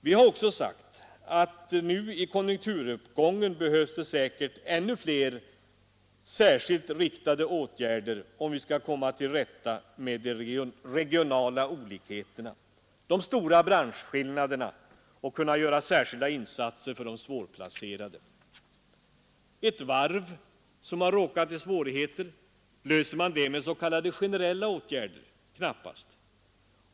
Vi har också sagt att nu i konjunkturuppgången behövs det säkert ännu fler särskilt riktade åtgärder om vi skall komma till rätta med de regionala olikheterna, de stora branschskillnaderna och kunna göra särskilda insatser för de svårplacerade. Om t.ex. ett varv har råkat i svårigheter, löser man det med s.k. generella åtgärder? Knappast.